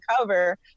cover